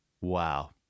Wow